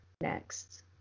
next